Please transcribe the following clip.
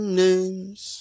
names